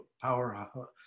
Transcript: power